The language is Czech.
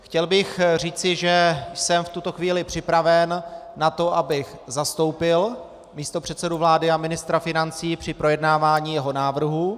Chtěl bych říci, že jsem v tuto chvíli připraven na to, abych zastoupil místopředsedu vlády a ministra financí při projednávání jeho návrhů.